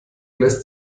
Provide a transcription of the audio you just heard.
lässt